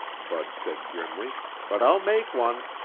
bud said grimly, but i'll make one.